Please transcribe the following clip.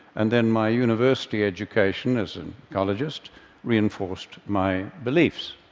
and then my university education as an ecologist reinforced my beliefs.